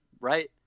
right